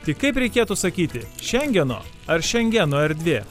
tik kaip reikėtų sakyti šengeno ar šengeno erdvė